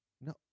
No